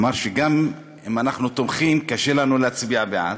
אמר שגם אם אנחנו תומכים, קשה לנו להצביע בעד.